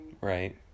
Right